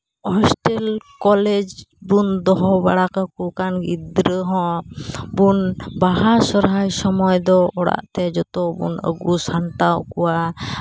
ᱦᱳᱥᱴᱮ ᱞ ᱠᱚᱞᱮᱡᱽ ᱵᱚᱱ ᱫᱚᱦᱚ ᱵᱟᱲᱟ ᱠᱟᱠᱚ ᱠᱟᱱ ᱜᱤᱫᱽᱨᱟᱹ ᱦᱚᱸ ᱵᱚᱱ ᱵᱟᱦᱟ ᱥᱚᱨᱦᱟᱭ ᱥᱚᱢᱚᱭ ᱫᱚ ᱚᱲᱟᱜ ᱛᱮ ᱡᱚᱛᱚ ᱵᱚᱱ ᱟᱹᱜᱩ ᱥᱟᱢᱴᱟᱣ ᱠᱚᱣᱟ